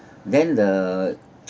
then the